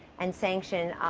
and sanction,